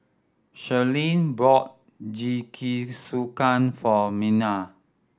Sherilyn brought Jingisukan for Mena